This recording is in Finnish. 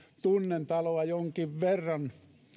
tunnen taloa jonkin verran